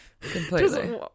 completely